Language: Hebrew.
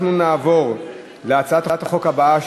אנחנו נעבור להצעת החוק הבאה,